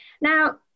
Now